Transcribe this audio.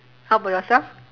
how about yourself